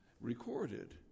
recorded